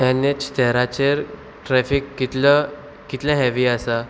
N H तेराचेर traffic कितलो कितलें हेवी आसा